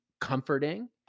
comforting